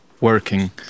working